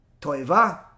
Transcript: Toiva